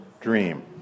dream